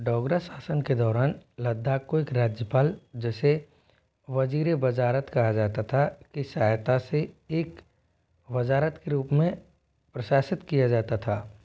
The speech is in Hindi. डोगरा शासन के दौरान लद्दाक़ को एक राज्यपाल जिसे वज़ीर ए वज़ारत कहा जाता था की सहायता से एक वज़ारत के रूप में प्रशासित किया जाता था